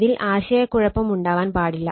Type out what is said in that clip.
ഇതിൽ ആശയകുഴപ്പം ഉണ്ടാവാൻ പാടില്ല